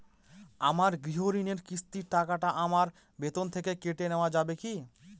আমার গৃহঋণের কিস্তির টাকা আমার বেতন থেকে কেটে নেওয়া যাবে কি?